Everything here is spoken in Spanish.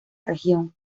región